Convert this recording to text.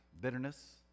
bitterness